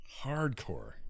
Hardcore